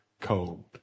cold